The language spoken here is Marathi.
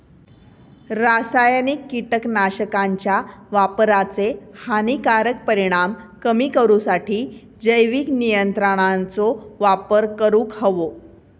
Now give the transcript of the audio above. रासायनिक कीटकनाशकांच्या वापराचे हानिकारक परिणाम कमी करूसाठी जैविक नियंत्रणांचो वापर करूंक हवो